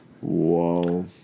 Whoa